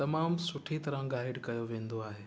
तमामु सुठी तरह गाइड कयो वेंदो आहे